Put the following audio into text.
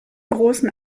großen